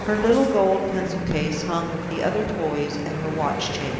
her little gold pencil-case hung with the other toys at her watch-chain.